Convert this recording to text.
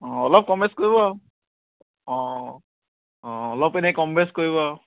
অঁ অলপ কম বেছ কৰিব আৰু অঁ অঁ অঁ অলপ এনেই কম বেছ কৰিব আৰু